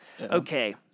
Okay